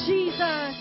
Jesus